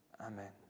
Amen